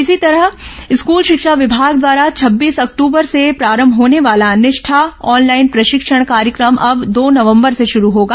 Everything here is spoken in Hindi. इसी तरह स्कूल शिक्षा विभाग द्वारा छब्बीस अक्टूबर से प्रारंभ होने वाला निष्ठा ऑनलाइन प्रशिक्षण कार्यक्रम अब दो नवम्बर से शुरू होगा